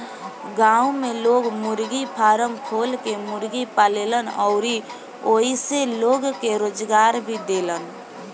गांव में लोग मुर्गी फारम खोल के मुर्गी पालेलन अउरी ओइसे लोग के रोजगार भी देलन